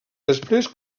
després